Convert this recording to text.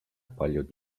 paljud